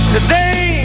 Today